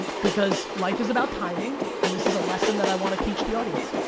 because life is about timing, and this is a lesson that i wanna teach the audience.